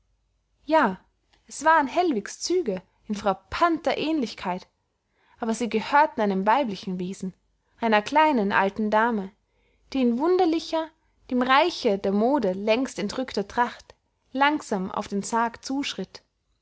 ja es waren hellwigs züge in frappanter aehnlichkeit aber sie gehörten einem weiblichen wesen einer kleinen alten dame die in wunderlicher dem reiche der mode längst entrückter tracht langsam auf den sarg zuschritt